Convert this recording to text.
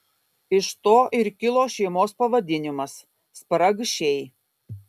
iš to ir kilo šeimos pavadinimas spragšiai